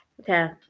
okay